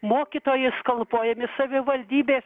mokytojai skalpuojami savivaldybės